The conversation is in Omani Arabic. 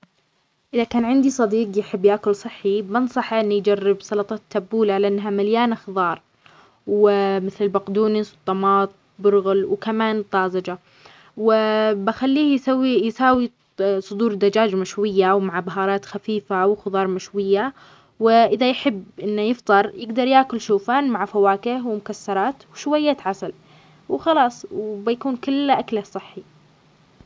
اذا كان عندي صديق يحب ياكل صحي بنصحه انه يجرب سلطة تبولة لانها مليانة خظار ومثل بقدونس وطماط برغل وكمان طازجة، وبخليه يسوي- يسوي صدور دجاج مشوية ومع بهارات خفيفة وخضار مشوية، واذا يحب انه يفطر يقدر ياكل شوفان مع فواكه ومكسرات وشوية عسل، وخلاص وبيكون كله اكله صحي.